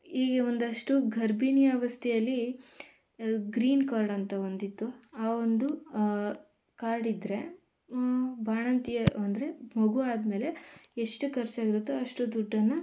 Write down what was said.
ಹೀಗೆ ಒಂದಷ್ಟು ಗರ್ಭಿಣಿಯಾವಸ್ತೆಯಲ್ಲಿ ಗ್ರೀನ್ ಕಾರ್ಡ್ ಅಂತ ಒಂದಿತ್ತು ಆವೊಂದು ಕಾರ್ಡ್ ಇದ್ದರೆ ಬಾಣಂತಿಯ ಅಂದರೆ ಮಗು ಆದ್ಮೇಲೆ ಎಷ್ಟು ಖರ್ಚಾಗಿರುತ್ತೊ ಅಷ್ಟು ದುಡ್ಡನ್ನು